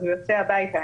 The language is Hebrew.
אז הוא יוצא הביתה,